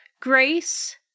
Grace